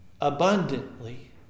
Abundantly